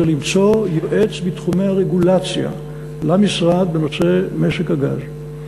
זה למצוא יועץ בתחומי הרגולציה למשרד בנושא משק הגז.